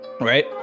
right